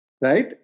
right